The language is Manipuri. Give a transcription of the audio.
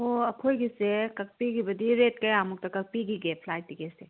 ꯑꯣ ꯑꯩꯈꯣꯏꯒꯤꯁꯦ ꯀꯛꯄꯤꯈꯤꯕꯗꯤ ꯔꯦꯠ ꯀꯌꯥꯃꯨꯛꯇ ꯀꯛꯄꯤꯈꯤꯒꯦ ꯐ꯭ꯂꯥꯏꯠ ꯇꯤꯀꯦꯠꯁꯦ